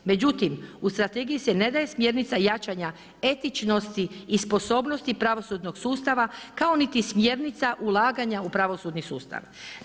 Međutim, u strategiji se ne daje smjernica jačanja etičnosti i sposobnosti pravosudnog sustava kao niti smjernica ulaganja u pravosudni sustav.